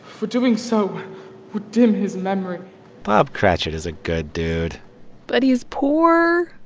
for doing so would dim his memory bob cratchit is a good dude but he's poor,